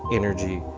energy,